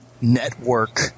network